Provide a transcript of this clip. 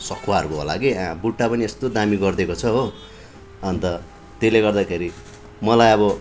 सखुवाहरूको होला कि आँ बुट्टा पनि यस्तो दामी गरिदिएको छ हो अन्त त्यसले गर्दाखेरि मलाई अब